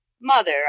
Mother